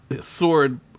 sword